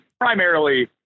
primarily